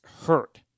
hurt